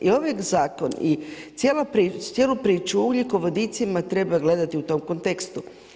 I ovaj zakon i cijelu priču o ugljikovodicima treba gledati u tom kontekstu.